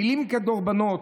מילים כדורבנות.